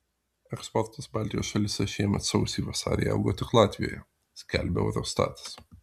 eksportas baltijos šalyse šiemet sausį vasarį augo tik latvijoje skelbia eurostatas